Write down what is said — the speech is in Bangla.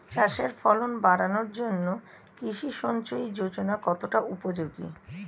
চাষের ফলন বাড়ানোর জন্য কৃষি সিঞ্চয়ী যোজনা কতটা উপযোগী?